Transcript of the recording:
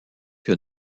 que